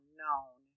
known